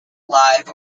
live